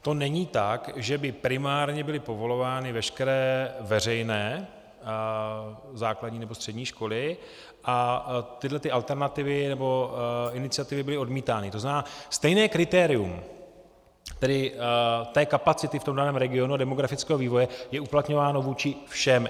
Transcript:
To není tak, že by primárně byly povolovány veškeré veřejné základní nebo střední školy a tyhle alternativy nebo iniciativy byly odmítány, tzn. stejné kritérium, tedy té kapacity v daném regionu a demografického vývoje, je uplatňováno vůči všem.